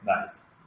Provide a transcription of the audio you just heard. Nice